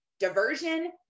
Diversion